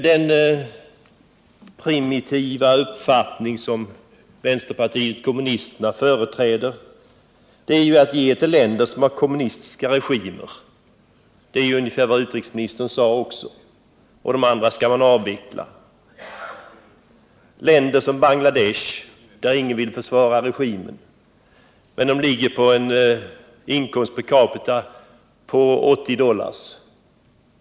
Den primitiva uppfattning som vänsterpartiet kommunisterna företräder är ju att ge till länder som har kommunistiska regimer. Det är ungefär vad utrikesministern också sade. Andra mottagarländer vill man avveckla. I ett land som Bangladesh, vars regim ingen vill försvara, ligger medelinkomsten per capita på 80 dollar.